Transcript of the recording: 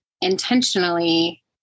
intentionally